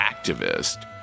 activist